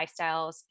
lifestyles